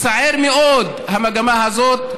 מצערת מאוד המגמה הזאת.